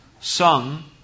sung